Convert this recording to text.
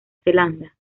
zelanda